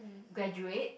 graduate